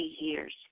years